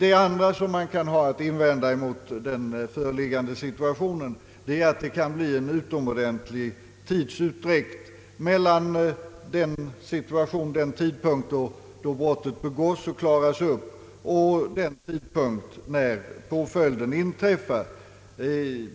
Vad vi dessutom har att invända är att det kan bli en utomordentligt lång tidsutdräkt mellan den tidpunkt då brottet begås och klaras upp och den tidpunkt när påföljden inträffar.